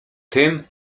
tym